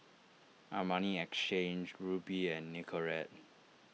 Armani Exchange Rubi and Nicorette